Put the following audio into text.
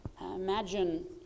Imagine